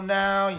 now